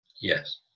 yes